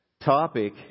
topic